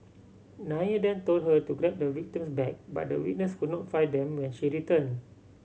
Nair then told her to grab the victim's bag but the witness could not find them when she returned